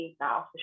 now